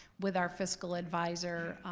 with our fiscal advisor,